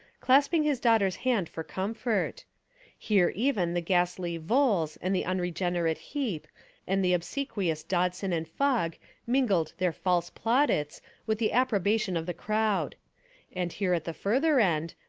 clasping his daughter's hand for comfort here even the ghastly vholes and the unregenerate heep and the obsequious dodson and fogg mingled their false plaudits with the approbation of the crowd and here at the further end,